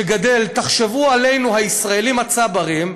שגדֵל, תחשבו עלינו, הישראלים הצברים,